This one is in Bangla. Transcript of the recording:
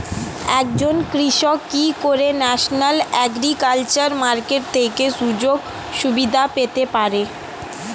একজন কৃষক কি করে ন্যাশনাল এগ্রিকালচার মার্কেট থেকে সুযোগ সুবিধা পেতে পারে?